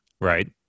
right